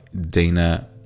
Dana